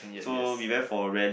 so we went for rally